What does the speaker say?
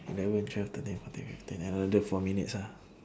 eleven twelve thirteen fourteen fifteen another four minutes ah